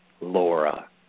laura